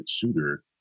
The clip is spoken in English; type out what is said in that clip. shooter